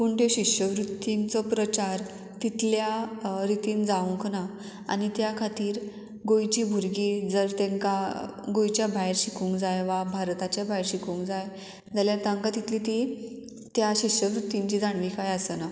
पूण त्यो शिश्यवृत्तींचो प्रचार तितल्या रितीन जावूंक ना आनी त्या खातीर गोंयची भुरगीं जर तेंकां गोंयच्या भायर शिकूंक जाय वा भारताच्या भायर शिकूंक जाय जाल्यार तांकां तितली ती त्या शिश्यवृत्तींची जाणविकाय आसना